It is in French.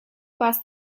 passe